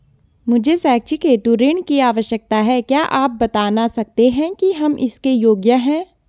मुझे शैक्षिक हेतु ऋण की आवश्यकता है क्या आप बताना सकते हैं कि हम इसके योग्य हैं?